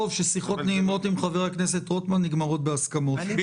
כשאנחנו קוראים את מטרות הקרן, אנחנו רואים